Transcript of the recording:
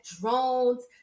drones